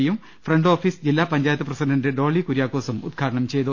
പിയും front office ജില്ലാ panchayat president Dolly കുര്യാക്കോസും ഉദ്ഘാടനം ചെയ്തു